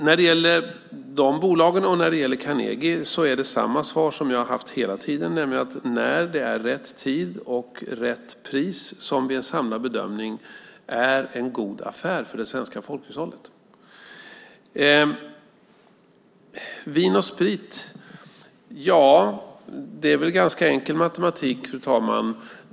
När det gäller försäljning av dessa bolag och Carnegie är det samma svar som jag gett hela tiden, nämligen att vi gör det när det är rätt tid, rätt pris och vi gör en samlad bedömning att det blir en god affär för det svenska folkhushållet. Vin & Sprit - där är det en ganska enkel matematik, fru talman.